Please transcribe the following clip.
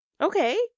okay